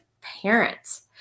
parents